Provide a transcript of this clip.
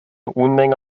unmenge